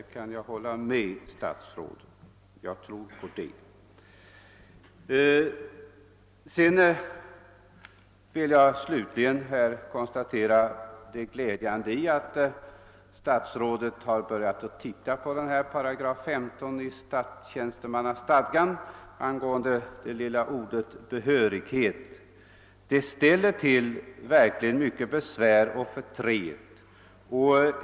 Det kan jag hålla med om. Det tror jag på. Slutligen vill jag konstatera det glädjande i att statsrådet har börjat titta på 15 § i statstjänstemannastadgan angående det lilla ordet behörighet. Det ställer verkligen till mycket besvär och förtret.